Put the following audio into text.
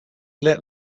let